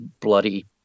bloody